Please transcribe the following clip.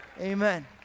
Amen